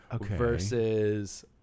versus